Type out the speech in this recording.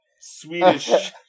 Swedish